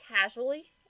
casually